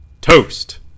toast